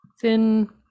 thin